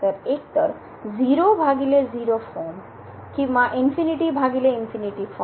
तर एकतर 00 फॉर्म किंवा ∞∞ फॉर्म